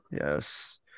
Yes